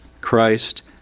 Christ